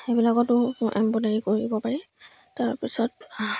সেইবিলাকতো এম্ব্ৰইডাৰী কৰিব পাৰি তাৰপিছত